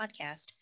podcast